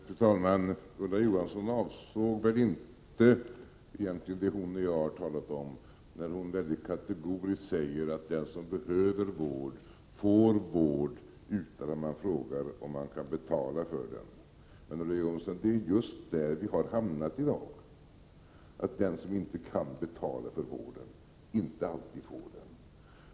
Fru talman! Ulla Johansson avsåg väl egentligen inte det hon och jag har talat om när hon mycket kategoriskt sade att den som behöver vård får vård utan att någon frågar om man kan betala för den. Det är ju just där vi har hamnat i dag — den som inte kan betala för vården får den inte alltid.